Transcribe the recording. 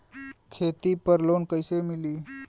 खेती पर लोन कईसे मिली?